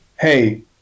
hey